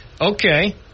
okay